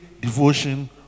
devotion